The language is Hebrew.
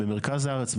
במרכז הארץ,